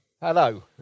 Hello